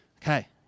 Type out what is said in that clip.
Okay